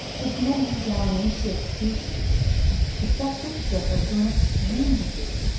with many gallinaceous species the sexes differ to an extreme degree,